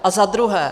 A za druhé.